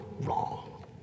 wrong